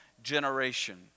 generation